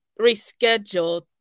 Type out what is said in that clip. rescheduled